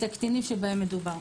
את הקטינים שבהם מדובר.